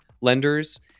lenders